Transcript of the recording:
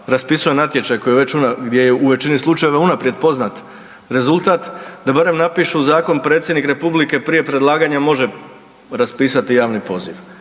raspisuje natječaj gdje je u većini slučajeva unaprijed poznat rezultat, da barem napišu zakon Predsjednik Republike prije predlaganja može raspisati javni poziv.